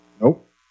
nope